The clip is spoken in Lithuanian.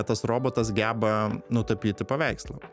tas robotas geba nutapyti paveikslą